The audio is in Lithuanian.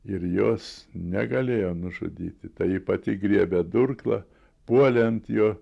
ir jos negalėjo nužudyti tai ji pati griebė durklą puolė ant jo